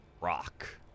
rock